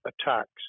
attacks